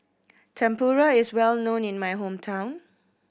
Tempura is well known in my hometown